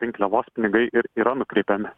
rinkliavos pinigai ir yra nukreipiami